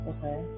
Okay